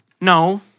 No